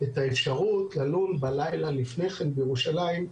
את האפשרות ללון בלילה לפני כן בירושלים,